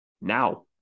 Now